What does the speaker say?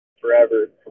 forever